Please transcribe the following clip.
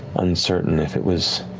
uncertain if it was